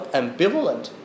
ambivalent